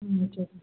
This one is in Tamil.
ம் சரிங்க